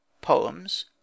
Poems